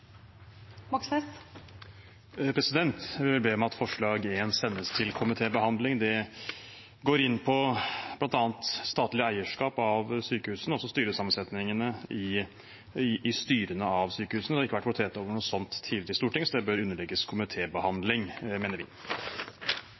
Moxnes har bedt om ordet. Jeg vil be om at forslag nr. 1 sendes til komitébehandling. Det går inn på bl.a. statlig eierskap av sykehusene og også sammensetningen av sykehusstyrene. Det har ikke vært votert over noe sånt tidligere i Stortinget, så det bør underlegges